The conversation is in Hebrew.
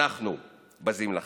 אנחנו בזים לכם.